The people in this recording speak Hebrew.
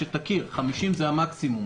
שתכיר: 50 זה המקסימום.